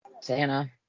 Santa